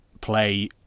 play